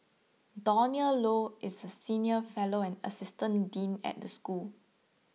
Donald Low is senior fellow and assistant dean at the school